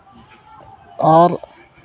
ᱟᱨ